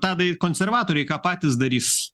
tadai konservatoriai ką patys darys